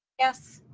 yes.